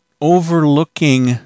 overlooking